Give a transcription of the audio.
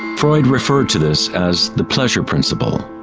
freud referred to this as the pleasure principle.